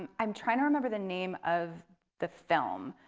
and i'm trying to remember the name of the film,